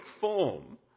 form